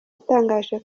atangaje